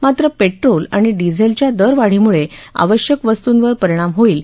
मात्र पेट्रोल आणि डिझेलच्या दर वाढीमुळे आवश्यक वस्तूंवर परिणाम होईल